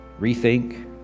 rethink